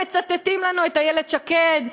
הם מצטטים לנו את איילת שקד,